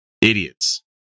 idiots